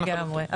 לגמרי,